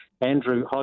Andrew